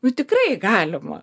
nu tikrai galima